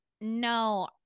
no